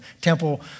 temple